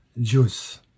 juice